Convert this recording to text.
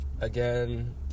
again